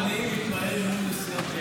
שאני נסער,